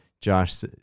Josh